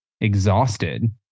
exhausted